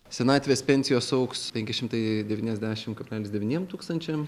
senatvės pensijos augs penki šimtai devyniasdešim kablelis devyniem tūkstančiam